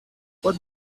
what